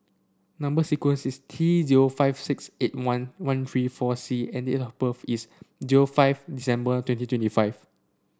number sequence is T zero five six eight one one three four C and date of birth is zero five December twenty twenty five